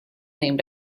named